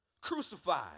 Crucified